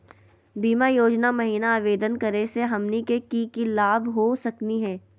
बीमा योजना महिना आवेदन करै स हमनी के की की लाभ हो सकनी हे?